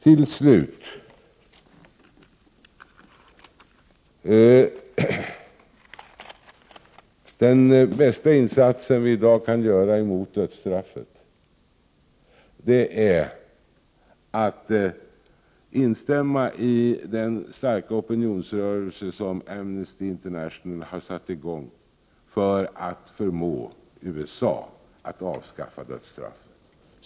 Till slut vill jag säga att den bästa insatsen vi i dag kan göra mot dödsstraffet är att instämma i den starka opinionsrörelse som Amnesty International har satt i gång för att förmå USA att avskaffa dödsstraffet.